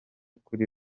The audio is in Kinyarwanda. kuri